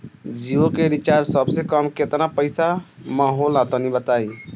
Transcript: जियो के रिचार्ज सबसे कम केतना पईसा म होला तनि बताई?